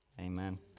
amen